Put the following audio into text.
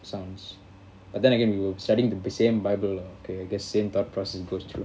sounds but then again we were studying the same bible lah okay I guess same thought process goes through